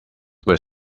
were